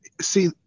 see